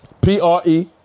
P-R-E